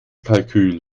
kalkül